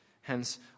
Hence